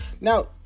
Now